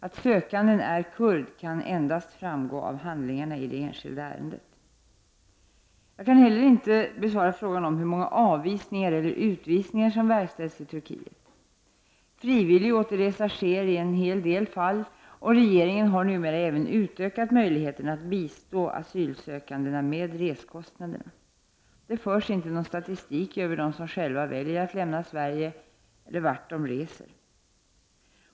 Att sökanden är kurd kan endast framgå av handlingarna i det enskilda ärendet. Jag kan inte heller besvara frågan om hur många avvisningar eller utvisningar som verkställs till Turkiet. Frivillig återresa sker i en hel del fall, och regeringen har numera även utökat möjligheterna att bistå asylsökande med reskostnaderna. Det förs inte någon statistik över dem som själva väljer att lämna Sverige och vart de reser.